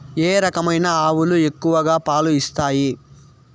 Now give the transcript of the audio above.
ఏ రకమైన ఆవులు ఎక్కువగా పాలు ఇస్తాయి?